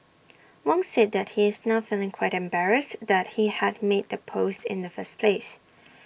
Wong said that he is now feeling quite embarrassed that he had made the post in the first place